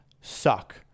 suck